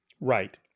Right